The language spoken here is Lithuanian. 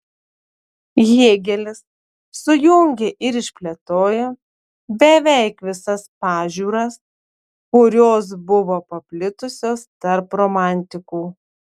hėgelis sujungė ir išplėtojo beveik visas pažiūras kurios buvo paplitusios tarp romantikų